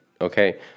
Okay